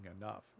enough